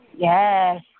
Yes